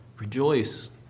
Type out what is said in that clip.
Rejoice